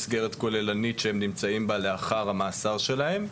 מסגרת כוללנית שנמצאים בה לאחר המאסר שלהם,